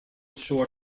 short